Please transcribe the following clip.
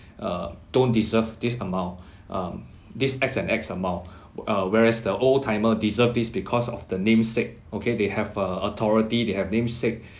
uh don't deserve this amount um this X and X amount uh whereas the old timer deserve this because of the namesake okay they have uh authority they have namesake